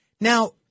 Now